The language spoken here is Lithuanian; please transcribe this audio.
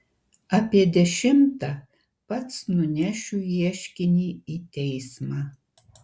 apie dešimtą pats nunešiu ieškinį į teismą